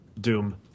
Doom